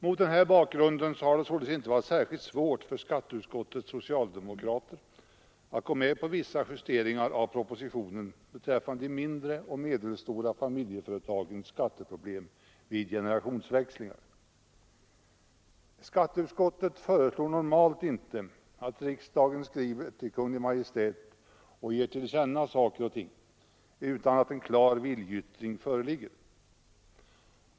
Mot denna bakgrund har det således inte varit särskilt svårt för skatteutskottets socialdemokrater att gå med på vissa justeringar av propositionen beträffande de mindre och medelstora familjeföretagens skatteproblem vid generationsväxlingar. Skatteutskottet föreslår normalt inte att riksdagen skriver till Kungl. Maj:t och ger till känna saker och ting utan att en klar viljeyttring föreligger.